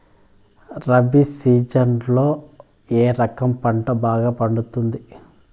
రబి సీజన్లలో ఏ రకం పంట బాగా పండుతుంది